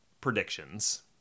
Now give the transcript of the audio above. predictions